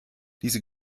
diese